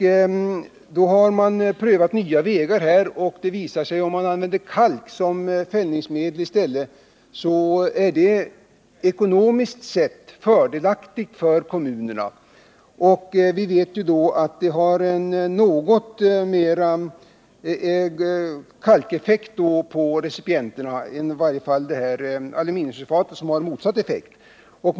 Man har prövat nya metoder, och det har visat sig att om man i stället använder kalk som fällningsmedel, så är det ekonomiskt sett fördelaktigt för kommunerna, och man får dessutom en kalkeffekt på recipienterna i stället för den motsatta effekt som man får genom användning av aluminiumsulfaterna.